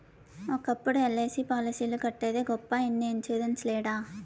ఒకప్పుడు ఎల్.ఐ.సి పాలసీలు కట్టేదే గొప్ప ఇన్ని ఇన్సూరెన్స్ లేడ